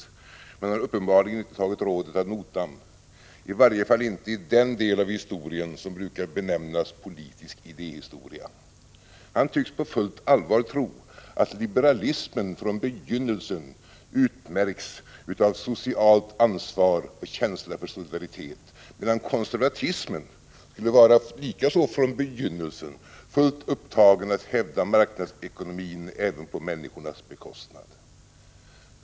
Men han har uppenbarligen inte tagit rådet ad notam, i varje fall inte i den del av historien som brukar benämnas politisk idéhistoria. Han tycks på fullt allvar tro att liberalismen från begynnelsen utmärktes av socialt ansvar och känsla för solidaritet, medan konservatismen skulle, likaså från begynnelsen, vara fullt upptagen att hävda marknadsekonomin även på människornas bekostnad.